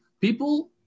People